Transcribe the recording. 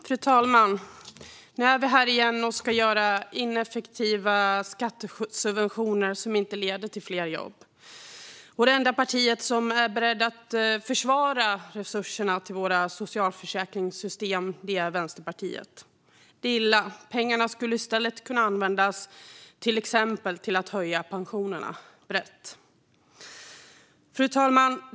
Fru talman! Nu är vi här igen och ska göra ineffektiva skattesubventioner som inte leder till fler jobb. Det enda parti som är berett att försvara resurserna till socialförsäkringssystemen är Vänsterpartiet. Det är illa. Pengarna skulle i stället kunna användas till exempel till att höja pensionerna brett. Fru talman!